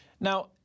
Now